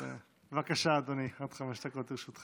אז בבקשה, אדוני, עד חמש דקות לרשותך.